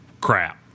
crap